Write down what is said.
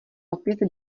opět